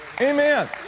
Amen